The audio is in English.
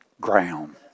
ground